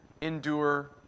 endure